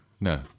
no